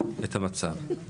את המצב.